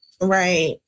Right